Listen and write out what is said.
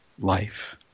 life